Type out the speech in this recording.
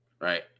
Right